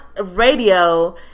radio